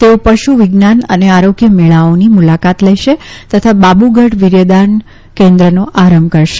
તેઓ પશુ વિજ્ઞાન અને આરોગ્ય મેળાઓની મુલાકાત લેશે તથા બાબુગઢ વીર્યદાન કેન્દ્રનો આરંભ કરશે